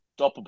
stoppable